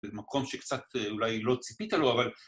‫במקום שקצת אולי לא ציפית לו, ‫אבל...